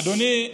אדוני,